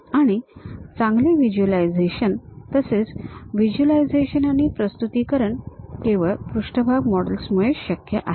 आणि चांगले व्हिज्युअलायझेशन तसेच व्हिज्युअलायझेशन आणि प्रस्तुतीकरण केवळ पृष्ठभाग मॉडेल्स मुळेच शक्य आहे